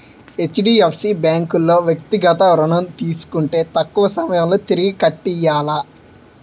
HDFC bank లో వ్యక్తిగత ఋణం తీసుకుంటే తక్కువ సమయంలో తిరిగి కట్టియ్యాల